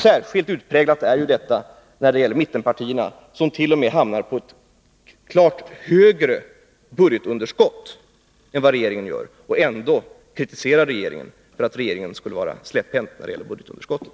Särskilt utpräglat är detta när det gäller mittenpartierna, som t.o.m. hamnar på ett klart högre budgetunderskott än regeringen gör — och ändå kritiserar regeringen för att den skulle vara släpphänt när det gäller budgetunderskottet.